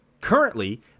Currently